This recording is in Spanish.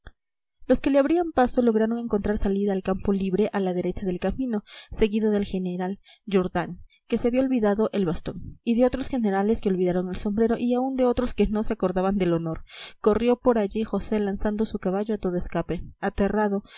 los que le abrían paso lograron encontrar salida al campo libre a la derecha del camino seguido del general jourdan que se había olvidado el bastón y de otros generales que olvidaron el sombrero y aun de otros que no se acordaban del honor corrió por allí josé lanzando su caballo a todo escape aterrado